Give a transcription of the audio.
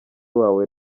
wawe